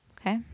Okay